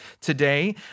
today